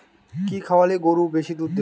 কি খাওয়ালে গরু বেশি দুধ দেবে?